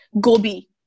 gobi